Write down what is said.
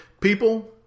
People